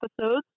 episodes